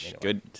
Good